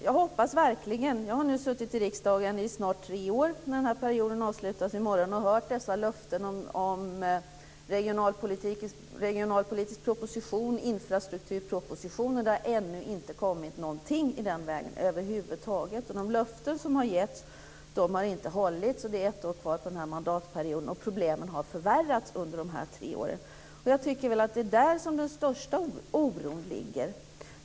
Jag har nu suttit i riksdagen i snart tre år när den här perioden avslutas i morgon och hört dessa löften om en regionalpolitisk proposition och en infrastrukturproposition, och det har ännu inte kommit någonting i den vägen över huvud taget. De löften som har givits har inte hållits. Det är ett år kvar av den här mandatperioden, och problemen har förvärrats under de här tre åren. Jag tycker väl att det är där som den största oron ligger.